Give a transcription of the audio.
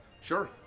Sure